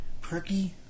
perky